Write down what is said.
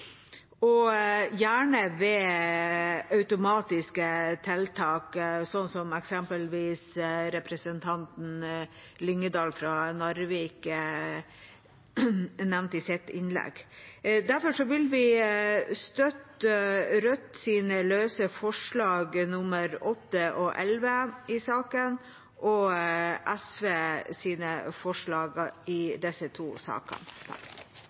og gjerne ved automatiske tiltak, slik eksempelvis representanten Lyngedal fra Narvik nevnte i sitt innlegg. Vi vil derfor støtte Rødts forslag nr. 8 og 11 og SVs forslag i sakene.